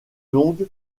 longue